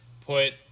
put